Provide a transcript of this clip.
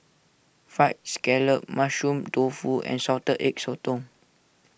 Fried Scallop Mushroom Tofu and Salted Egg Sotong